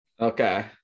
Okay